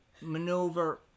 maneuver